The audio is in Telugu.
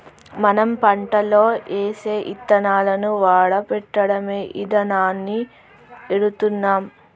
మనం పంటలో ఏసే యిత్తనాలను వాడపెట్టడమే ఇదానాన్ని ఎడుతున్నాం